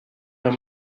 her